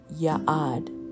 ya'ad